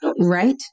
Right